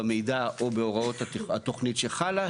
במידע או בהוראות התוכנית שחלה,